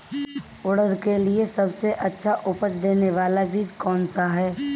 उड़द के लिए सबसे अच्छा उपज देने वाला बीज कौनसा है?